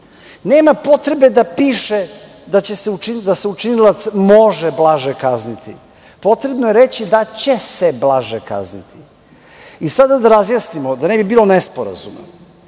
nema potrebe da piše da se učinilac može blaže kazniti. Potrebno je reći da će se blaže kazniti. Sada da razjasnimo, da ne bi bilo nesporazuma.